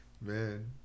man